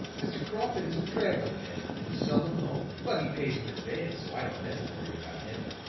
mr. crawford is a traveling man, and is seldom home but he pays in advance, so i don't never worry about him.